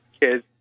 kids